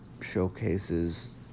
showcases